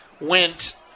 went